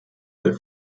der